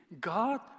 God